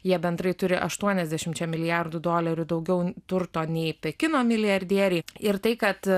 jie bendrai turi aštuoniasdešimčia milijardų dolerių daugiau turto nei pekino milijardieriai ir tai kad